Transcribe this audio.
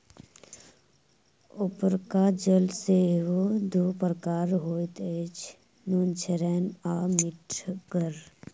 उपरका जल सेहो दू प्रकारक होइत अछि, नुनछड़ैन आ मीठगर